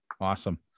Awesome